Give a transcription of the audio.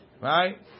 Right